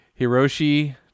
Hiroshi